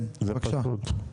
כן בבקשה.